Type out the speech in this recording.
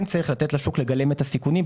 כן צריך לתת לשוק לגלם את הסיכונים,